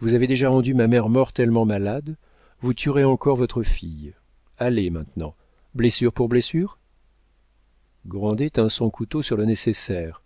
vous avez déjà rendu ma mère mortellement malade vous tuerez encore votre fille allez maintenant blessure pour blessure grandet tint son couteau sur le nécessaire